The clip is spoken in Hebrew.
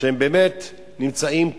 שבאמת נמצאים בשמים,